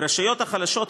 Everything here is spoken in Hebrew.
ברשויות החלשות,